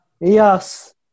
Yes